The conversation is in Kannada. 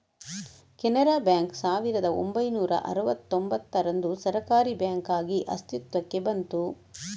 ಕೆನರಾ ಬ್ಯಾಂಕು ಸಾವಿರದ ಒಂಬೈನೂರ ಅರುವತ್ತೂಂಭತ್ತರಂದು ಸರ್ಕಾರೀ ಬ್ಯಾಂಕಾಗಿ ಅಸ್ತಿತ್ವಕ್ಕೆ ಬಂತು